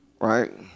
right